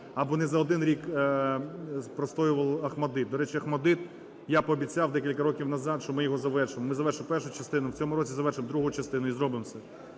або не за один рік простоював ОХМАТДИТ. До речі, ОХМАТДИТ я пообіцяв декілька років назад, що ми його завершимо. Ми завершили першу частину, в цьому році завершимо другу частину, і зробимо це.